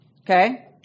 okay